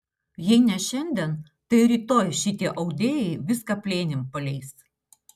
jei ne šiandien tai rytoj šitie audėjai viską plėnim paleis